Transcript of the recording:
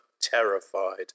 terrified